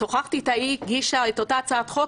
שוחחתי אתה והיא הגישה את אותה הצעת חוק